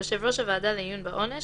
יושב ראש הוועדה לעיון בעונש,